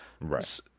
Right